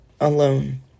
alone